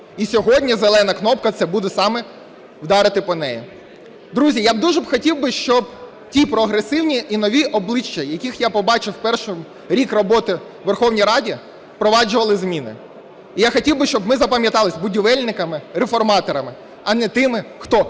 І сьогодні зелена кнопка – це буде саме вдарити по ним. Друзі, я дуже хотів би, щоб ті прогресивні і нові обличчя, які я побачив в перший рік роботи у Верховній Раді, впроваджували зміни. Я хотів би, щоб ми запам'яталися будівельниками, реформатори, а не тими, хто